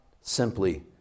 simply